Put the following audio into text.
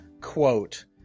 quote